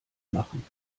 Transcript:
machen